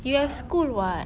you have school [what]